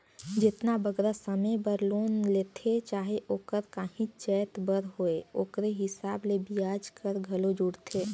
जेतना बगरा समे बर लोन लेथें चाहे ओहर काहींच जाएत बर होए ओकरे हिसाब ले बियाज हर घलो जुड़थे